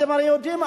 אתם הרי יודעים,